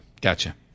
Gotcha